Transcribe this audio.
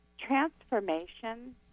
transformation